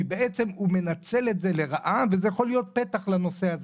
כי בעצם הוא מנצל את זה לרעה וזה יכול להיות פתח לנושא הזה,